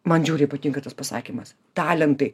man žiauriai patinka tas pasakymas talentai